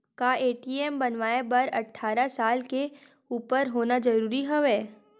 का ए.टी.एम बनवाय बर अट्ठारह साल के उपर होना जरूरी हवय?